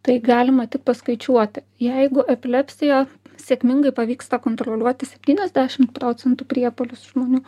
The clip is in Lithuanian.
tai galima tik paskaičiuoti jeigu epilepsiją sėkmingai pavyksta kontroliuoti septyniasdešim procentų priepuolius žmonių